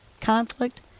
conflict